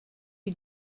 who